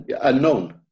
unknown